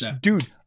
dude